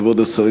כבוד השרים,